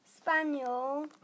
Spaniel